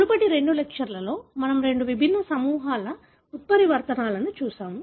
మునుపటి రెండు లెక్చర్ లలో మనము రెండు విభిన్న సమూహాల ఉత్పరివర్తనాలను చూశాము